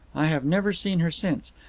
i have never seen her since,